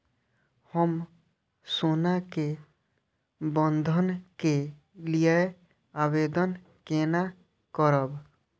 हम सोना के बंधन के लियै आवेदन केना करब?